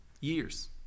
years